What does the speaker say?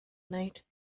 night